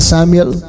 Samuel